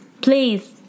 Please